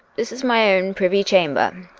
this is my own privy chamber,